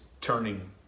turning